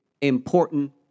important